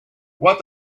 what